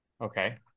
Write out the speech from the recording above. Okay